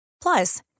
Plus